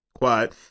quiet